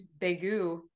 Begu